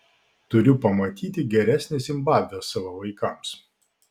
turiu pamatyti geresnę zimbabvę savo vaikams